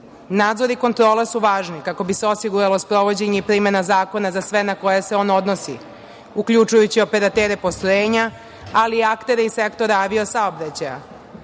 Nadzor i kontrola su važni, kako bi se osiguralo sprovođenje i primena zakona na sve na koji se on odnosi, uključujući operatere postrojenja, ali i aktere iz sektora avio-saobraćaja.